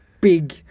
big